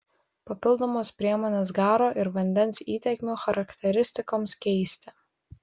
papildomos priemonės garo ir vandens įtekmių charakteristikoms keisti